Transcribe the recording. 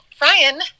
Ryan